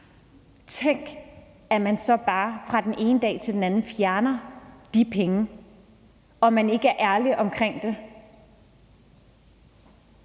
Tænk, at man så bare fra den ene dag til den anden fjerner de penge, og at man ikke er ærlig omkring, at